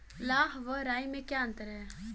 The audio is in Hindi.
लाह व राई में क्या अंतर है?